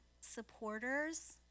supporters